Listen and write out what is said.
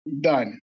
Done